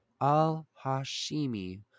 Al-Hashimi